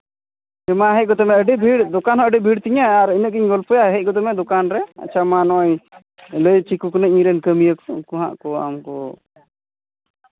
ᱢᱟ ᱦᱮᱡ ᱜᱚᱫᱚᱜ ᱢᱮ ᱟᱹᱰᱤ ᱵᱷᱤᱲ ᱫᱚᱠᱟᱱ ᱦᱚᱸ ᱟᱹᱰᱤ ᱵᱷᱤᱲ ᱛᱤᱧᱟᱹ ᱟᱨ ᱤᱱᱟᱹᱜ ᱜᱤᱧ ᱜᱚᱞᱯᱷᱚᱭᱟ ᱦᱮᱡ ᱜᱚᱫᱚᱜ ᱢᱮ ᱫᱚᱠᱟᱱ ᱨᱮ ᱟᱪᱪᱷᱟ ᱢᱟ ᱱᱚᱜᱼᱚᱭ ᱞᱟᱹᱭ ᱴᱷᱤᱠᱟᱠᱚ ᱠᱟᱹᱱᱟᱹᱧ ᱤᱧ ᱨᱮᱱ ᱠᱟᱹᱢᱭᱟᱹ ᱠᱚ ᱩᱝᱠᱩ ᱦᱟᱸᱜ ᱠᱚ ᱟᱢ ᱠᱚ